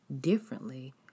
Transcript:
differently